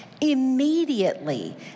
Immediately